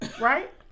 right